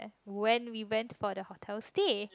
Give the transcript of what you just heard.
when we went for the hotel stay